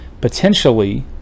potentially